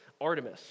Artemis